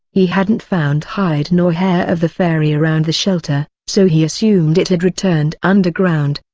he hadn't found hide nor hair of the fairy around the shelter, so he assumed it had returned underground.